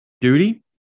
Duty